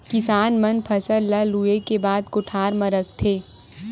किसान मन फसल ल लूए के बाद कोठर म राखथे